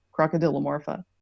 crocodilomorpha